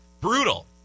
Brutal